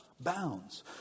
bounds